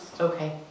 Okay